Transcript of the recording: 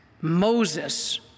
Moses